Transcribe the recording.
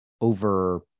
over